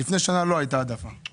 מה זה "כל הכלים העומדים לרשותנו"?